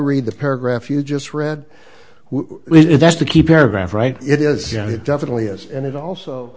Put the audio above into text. read the paragraph you just read it that's the key paragraph right it is it definitely is and it also